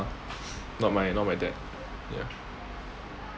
not my not my dad ya